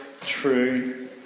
true